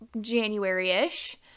january-ish